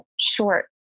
short